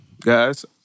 guys